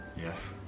yes.